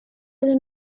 iddyn